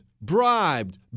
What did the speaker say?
bribed